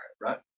right